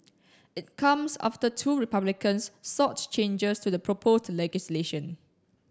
it comes after two Republicans sought changes to the proposed legislation